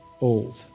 old